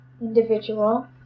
individual